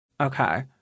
Okay